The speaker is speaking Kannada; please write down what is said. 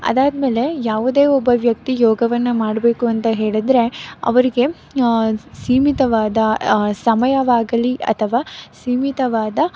ಅದಾದ್ಮೇಲೆ ಯಾವುದೇ ಒಬ್ಬ ವ್ಯಕ್ತಿ ಯೋಗವನ್ನು ಮಾಡಬೇಕು ಅಂತ ಹೇಳಿದರೆ ಅವರಿಗೆ ಸೀಮಿತವಾದ ಸಮಯವಾಗಲಿ ಅಥವಾ ಸೀಮಿತವಾದ